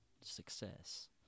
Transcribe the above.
success